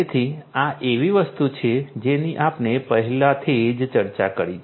તેથી આ એવી વસ્તુ છે જેની આપણે પહેલાથી જ ચર્ચા કરી છે